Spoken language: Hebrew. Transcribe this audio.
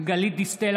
גלית דיסטל